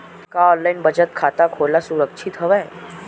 का ऑनलाइन बचत खाता खोला सुरक्षित हवय?